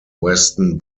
weston